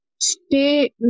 stay